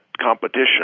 competition